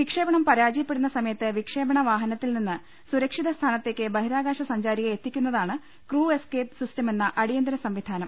വിക്ഷേപണം പരാജയപ്പെ ടുന്ന സമയത്ത് വിക്ഷേപണ വാഹനത്തിൽ നിന്ന് സുരക്ഷിത സ്ഥാനത്തേക്ക് ബഹിരാകാശ സഞ്ചാരിയെ എത്തിക്കു ന്ന താണ് ക്രൂ എസ് കേപ്പ് സിസ്റ്റ മെന്ന അടിയന്തര സംവിധാനം